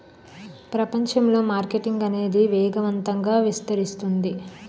ప్రపంచంలో మార్కెటింగ్ అనేది వేగవంతంగా విస్తరిస్తుంది